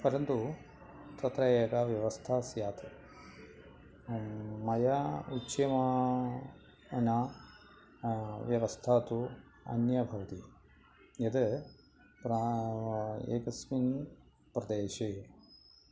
परन्तु तत्र एका व्यवस्था स्यात् मया उच्यमाना व्यवस्था तु अन्या भवति यत् प्रा एकस्मिन् प्रदेशे